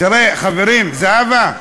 תראו, חברים, זהבה,